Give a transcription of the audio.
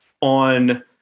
on